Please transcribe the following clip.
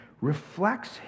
reflects